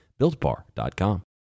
BuiltBar.com